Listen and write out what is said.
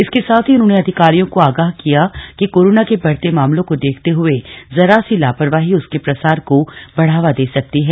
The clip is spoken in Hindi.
इसके साथ ही उन्होंने अधिकारियों को आगाह किया कि कोरोना के बढ़ते मामलों को देखते हुए जरा सी लापरवाही उसके प्रसार को बढ़ावा दे सकती है